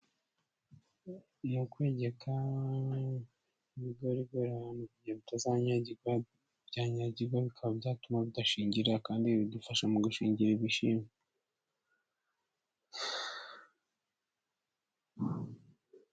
Ni ukwegeka ibigorigori ahantu kugira ngo bitazanyagirwa, byanyagirwa bikaba byatuma bidashingirira kandi ibi bidufasha mu gushingirira ibishyimbo.